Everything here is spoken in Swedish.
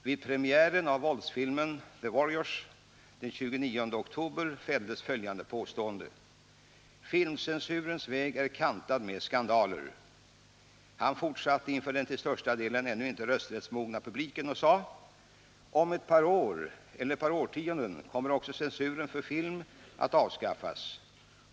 Vid premiären på våldsfilmen The Warriors den 29 oktober fälldes följande påstående: Filmcensurens väg är kantad med skandaler. Han fortsatte inför den till största delen ännu inte rösträttsmogna publiken: ”Om ett par år eller ett par årtionden kommer också censuren för film att avskaffas.